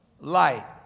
light